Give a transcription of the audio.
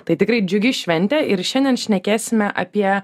tai tikrai džiugi šventė ir šiandien šnekėsime apie